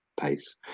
pace